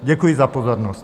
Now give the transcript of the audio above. Děkuji za pozornost.